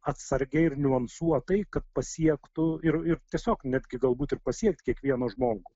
atsargiai ir niuansuotai kad pasiektų ir ir tiesiog netgi galbūt ir pasiekti kiekvieną žmogų